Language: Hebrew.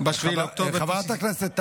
ב-7 באוקטובר, חברת הכנסת טלי,